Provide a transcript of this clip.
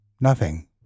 Nothing